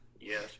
yes